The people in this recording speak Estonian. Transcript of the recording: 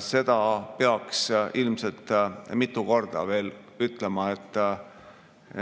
Seda peaks ilmselt mitu korda veel ütlema,